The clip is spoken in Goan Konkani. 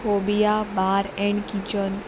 cobia bar and kitchen